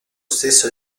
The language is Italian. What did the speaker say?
stesso